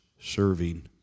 serving